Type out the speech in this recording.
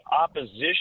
opposition